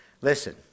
Listen